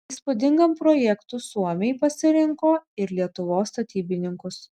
įspūdingam projektui suomiai pasirinko ir lietuvos statybininkus